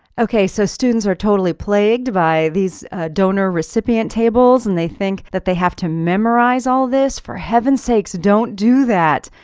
okay so students are totally plagued by these donor recipient tables and they think that they have to memorize all this. for heavens sakes, don't do that!